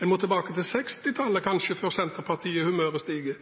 En må kanskje tilbake til 1960-tallet før Senterpartiets humør stiger.